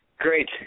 Great